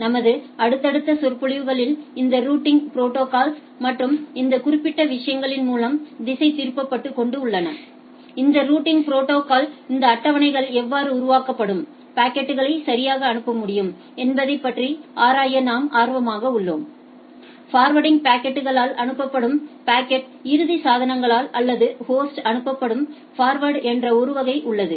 நமது அடுத்தடுத்த சொற்பொழிவுகளில் இந்த ரூட்டிங் ப்ரோடோகால்ஸ் மற்றும் இந்த குறிப்பிட்ட விஷயங்களின் மூலம் திசை திருப்பப்பட்டு கொண்டு உள்ள இந்த ரூட்டிங் ப்ரோடோகால்ஸ் இந்த அட்டவணைகள் எவ்வாறு உருவாக்கப்படும் பாக்கெட்களை சரியாக அனுப்ப முடியும் என்பதை பற்றி ஆராய நாம் ஆர்வமாக உள்ளோம் ஃபர்வேர்டிங் பாக்கெட்களால் அனுப்பப்படும் பாக்கெட்கள் இறுதி சாதனங்களால் அல்லது ஹோஸ்டால் அனுப்பப்படும் போர்வேர்டெட் என்ற ஒரு வகை உள்ளது